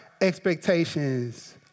expectations